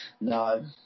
No